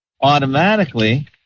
automatically